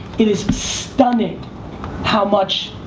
it is stunning how much,